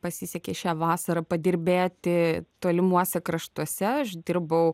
pasisekė šią vasarą padirbėti tolimuose kraštuose aš dirbau